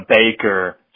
Baker